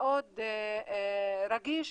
מאוד רגיש,